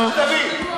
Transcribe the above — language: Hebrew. נכון, טוב.